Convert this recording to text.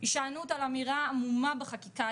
הישענות על אמירה עמומה בחקיקה,